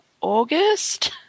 August